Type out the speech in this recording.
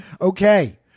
Okay